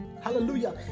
hallelujah